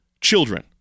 children